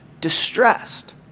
distressed